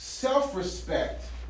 Self-respect